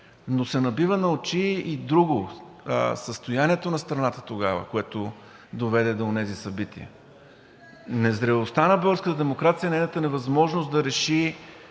Но се набива на очи и друго – състоянието на страната тогава, което доведе до онези събития, незрелостта на българската демокрация и нейната невъзможност да реши